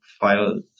file